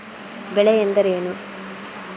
ಬೆಳೆ ಎಂದರೇನು?